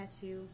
tattoo